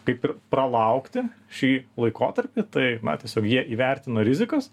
kaip ir pralaukti šį laikotarpį tai na tiesiog jie įvertina rizikas